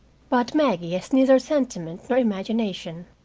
but maggie has neither sentiment nor imagination.